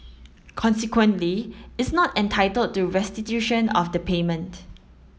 consequently it's not entitled to restitution of the payment